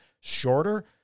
shorter